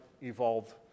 evolved